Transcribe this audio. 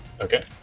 Okay